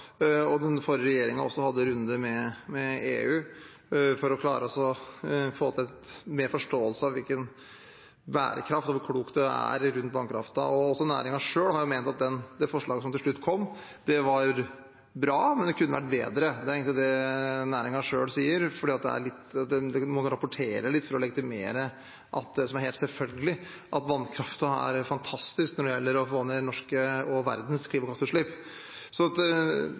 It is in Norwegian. Den forrige regjeringen hadde også runder med EU for å klare å få til mer forståelse av hvilken bærekraft og hvor klokt det er med vannkraft. Næringen selv har ment at det forslaget som kom til slutt, var bra, men at det kunne vært bedre. Det er egentlig det næringen selv sier, for man må rapportere litt for å legitimere det som er helt selvfølgelig – at vannkraften er fantastisk når det gjelder å få ned norske og verdens klimagassutslipp. Vannkraftnæringen mente i vår at